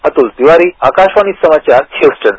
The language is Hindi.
अतुल तिवारी आकाशवाणी समाचार ह्यस्टन